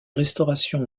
restaurations